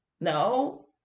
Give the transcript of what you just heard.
no